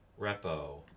repo